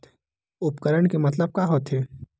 उपकरण के मतलब का होथे?